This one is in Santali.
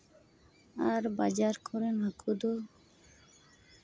ᱟᱨ ᱵᱟᱡᱟᱨ ᱠᱚᱨᱮᱱ ᱦᱟᱹᱠᱩ ᱫᱚ